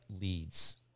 leads